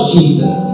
Jesus